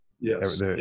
Yes